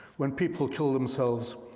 when people kill themselves,